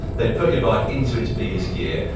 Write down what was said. they'd put your bike into it's biggest gear,